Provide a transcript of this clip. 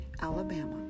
Alabama